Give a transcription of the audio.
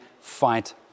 fight